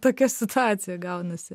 tokia situacija gaunasi